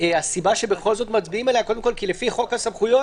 הסיבה שבכל זאת מצביעים עליה כי לפי חוק הסמכויות